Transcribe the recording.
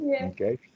okay